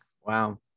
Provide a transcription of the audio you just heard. Wow